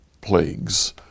plagues